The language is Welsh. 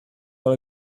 fel